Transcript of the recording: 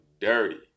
dirty